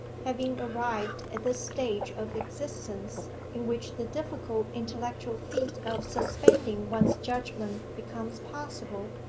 having arrived at the stage of existence in which the difficult intellectual feat of suspending one's judgment becomes possible,